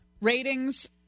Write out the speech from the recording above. Ratings